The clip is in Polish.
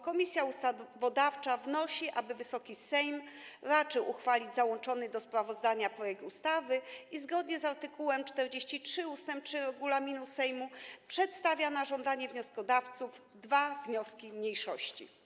Komisja Ustawodawcza wnosi, aby Wysoki Sejm raczył uchwalić załączony do sprawozdania projekt ustawy i zgodnie z art. 43 ust. 3 regulaminu Sejmu przedstawia na żądanie wnioskodawców dwa wnioski mniejszości.